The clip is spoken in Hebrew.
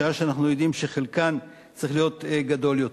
בשעה שאנחנו יודעים שחלקן צריך להיות גדול יותר.